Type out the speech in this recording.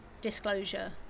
disclosure